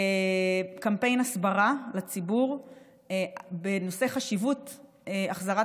קמפיין הסברה לציבור בנושא חשיבות החזרת